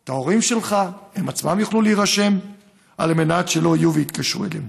את ההורים שלך והם עצמם יוכלו להירשם על מנת שלא יתקשרו אליהם.